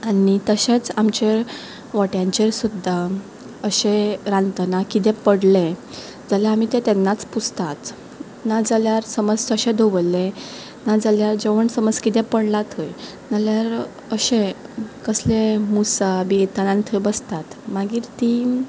आनी तशेंच आमचे वोट्यांचेर सुद्दां अशें रांदतना किदें पडलें जाल्यार आमी तें तेन्नाच पुसतात नाजाल्यार समज तशें दवरलें नाजाल्यार समज जेवण किदें पडलां थंय नाल्यार अशें कसले मुसा बीन येतात आनी थंय बसतात मागीर ती